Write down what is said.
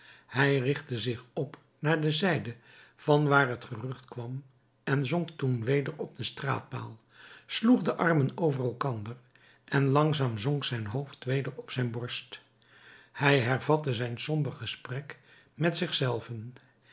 hij richtte zich op naar de zijde van waar het gerucht kwam en zonk toen weder op den straatpaal sloeg de armen over elkander en langzaam zonk zijn hoofd weder op zijn borst hij hervatte zijn somber gesprek met zich zelven